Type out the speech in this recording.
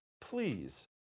Please